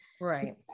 right